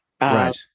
Right